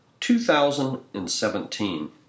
2017